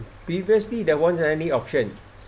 previously the one only option